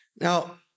Now